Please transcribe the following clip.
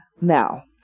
now